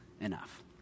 enough